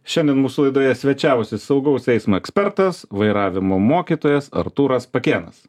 šiandien mūsų laidoje svečiavosi saugaus eismo ekspertas vairavimo mokytojas artūras pakėnas